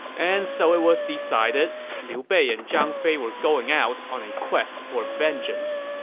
and so it was decided. liu bei and zhang fei were going out on a quest for revenge. and